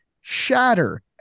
shatter